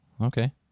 Okay